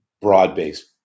broad-based